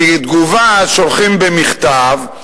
כי תגובה שולחים במכתב,